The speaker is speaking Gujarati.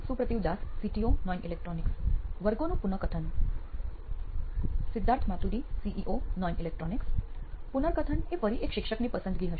સુપ્રતિવ દાસ સીટીઓ નોઇન ઇલેક્ટ્રોનિક્સ વર્ગોનું પુનકથન સિદ્ધાર્થ માતુરી સીઇઓ નોઇન ઇલેક્ટ્રોનિક્સ પુનકથન એ ફરી એક શિક્ષકની પસંદગી હશે